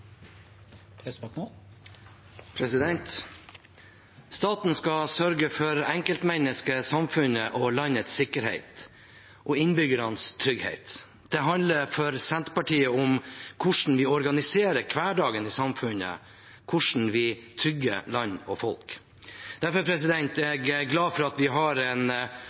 Staten skal sørge for enkeltmenneskets, samfunnets og landets sikkerhet og innbyggernes trygghet. Det handler for Senterpartiet om hvordan vi organiserer hverdagen i samfunnet, hvordan vi trygger land og folk. Derfor er jeg glad for at vi har en